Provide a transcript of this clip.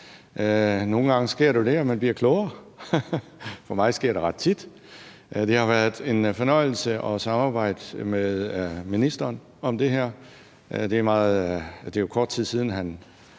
Nogle gange sker der jo det, at man bliver klogere. For mig sker det ret tit. Det har været en fornøjelse at samarbejde med ministeren om det her. Det er jo kort tid siden, han